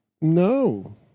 No